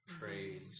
Praise